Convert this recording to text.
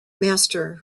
master